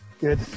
Good